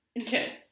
Okay